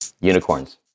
unicorns